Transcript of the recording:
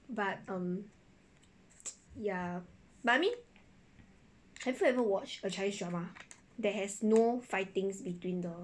but um ya but I mean have you ever watched a chinese drama that has no fightings between the